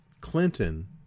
Clinton